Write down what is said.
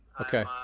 Okay